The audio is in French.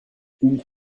une